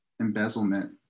embezzlement